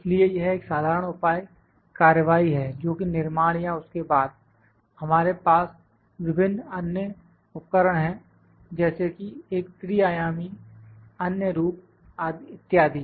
इसलिए यह एक साधारण उपाय कार्यवाही है जोकि निर्माण था उसके बाद हमारे पास विभिन्न अन्य उपकरण हैं जैसे कि एक त्रिआयामी अन्य रूप इत्यादि